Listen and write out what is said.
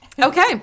Okay